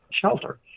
shelter